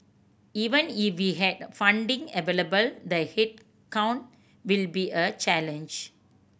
even if we had funding available the head count will be a challenge